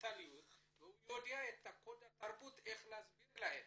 והמנטליות והוא יודע את הקוד התרבותי כיצד להסביר להם.